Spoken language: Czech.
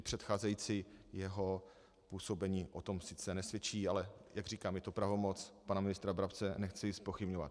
Předcházející jeho působení o tom sice nesvědčí, ale jak říkám, je to pravomoc pana ministra Brabce, nechci ji zpochybňovat.